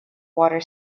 water